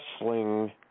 wrestling